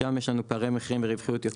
שם יש לנו פערי מחירים ורווחיות יותר